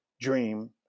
dream